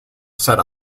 set